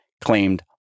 claimed